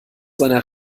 seiner